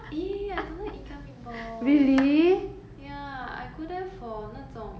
!ee! I don't like ikea meatballs ya I go there for 那种